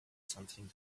something